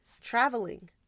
traveling